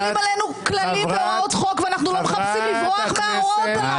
חלים עלינו כללים והוראות חוק ואנחנו לא מחפשים לברוח מההוראות הללו.